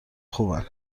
خوبن